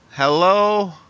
Hello